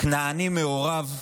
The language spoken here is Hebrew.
כנעני מעורב,